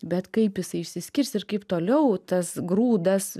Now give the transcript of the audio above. bet kaip jis išsiskirs ir kaip toliau tas grūdas